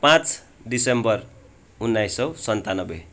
पाँच दिसम्बर उन्नाइस सौ सन्तानब्बे